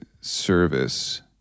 service